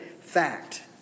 fact